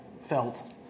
felt